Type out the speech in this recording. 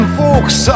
folks